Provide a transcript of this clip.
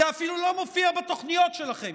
זה אפילו לא מופיע בתוכניות שלכם.